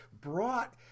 brought